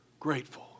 Grateful